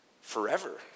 forever